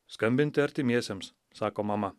skambinti artimiesiems sako mama